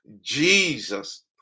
Jesus